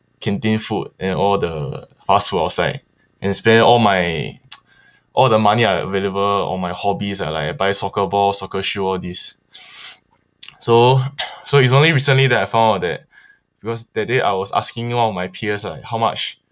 canteen food and all the fast food outside and spend all my all the money I available on my hobbies lah like I buy soccer ball soccer shoe all this so so it's only recently that I found out that because that day I was asking all my peers like how much